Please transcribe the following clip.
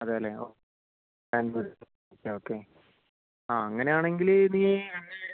അതേയല്ലേ okay ആ അങ്ങനെയാണെങ്കിൽ നീ എന്നെ